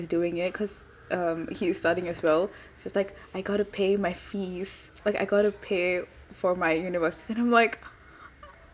he's doing it because um he's studying as well so it's like I got to pay my fees like I got to pay for my university then I'm like